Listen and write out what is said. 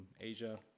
Asia